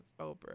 Oprah